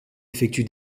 effectue